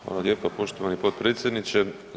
Hvala lijepo poštovani potpredsjedniče.